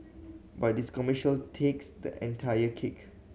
but this commercial takes the entire cake